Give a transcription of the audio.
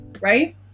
right